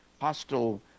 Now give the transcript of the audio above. hostile